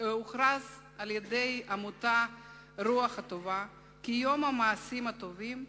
הוכרז על-ידי עמותת "רוח טובה" כיום המעשים הטובים,